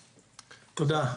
תודה.